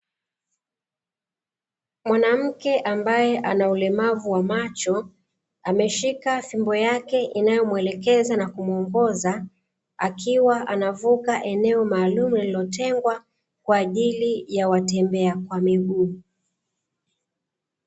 Mwanamke ambaye ana ulemavu wa macho, ameshika fimbo yake inayomwelekeza na kumuongoza, akiwa anavuka eneo maalumu lililotengwa kwa ajili ya watembea kwa miguu.